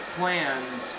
plans